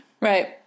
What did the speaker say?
Right